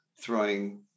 throwing